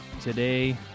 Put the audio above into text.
Today